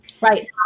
Right